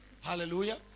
Hallelujah